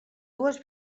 dues